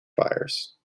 fires